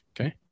okay